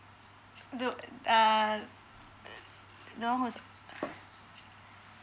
the ah no ah